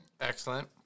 Excellent